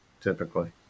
typically